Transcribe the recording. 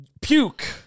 puke